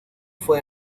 fue